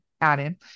add-in